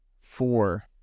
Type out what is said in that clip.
four